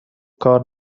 کار